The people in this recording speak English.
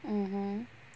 mmhmm